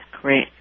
Great